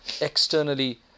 externally